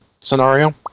scenario